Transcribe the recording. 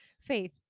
Faith